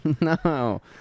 No